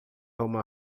uma